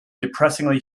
depressingly